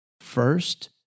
First